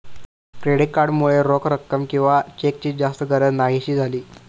credit card मुळे रोख रक्कम किंवा चेकची जास्त गरज न्हाहीशी झाली